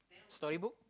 story book